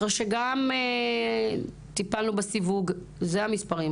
אחרי שגם טיפלנו בסיווג זה המספרים,